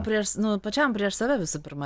prieš nu pačiam prieš save visų pirma